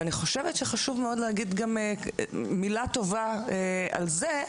אני חושבת שחשוב מאוד להגיד מילה טובה על זה,